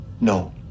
No